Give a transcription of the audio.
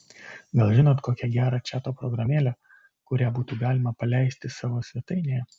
gal žinot kokią gerą čato programėlę kurią būtų galima paleisti savo svetainėje